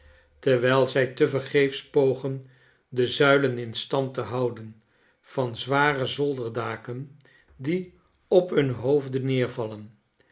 terwijl zij tevergeefs pogen de zuilen in stand te houden van zware zolderdaken die op hunne hoofden neervallen